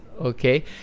Okay